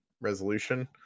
resolution